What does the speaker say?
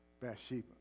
Bathsheba